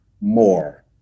more